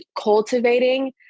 cultivating